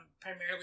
primarily